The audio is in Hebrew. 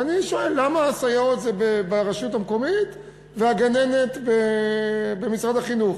ואני שואל: למה הסייעות הן ברשות המקומית והגננת במשרד החינוך?